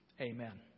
Amen